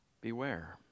Beware